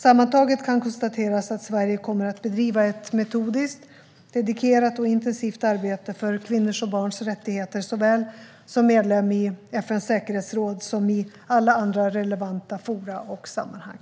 Sammantaget kan konstateras att Sverige kommer att bedriva ett metodiskt, engagerat och intensivt arbete för kvinnors och barns rättigheter, såväl som medlem i FN:s säkerhetsråd som i alla andra relevanta forum och sammanhang.